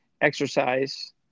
exercise